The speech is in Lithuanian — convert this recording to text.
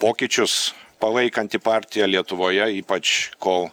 pokyčius palaikanti partija lietuvoje ypač kol